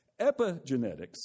epigenetics